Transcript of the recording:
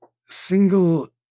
single